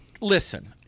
listen